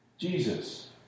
Jesus